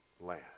land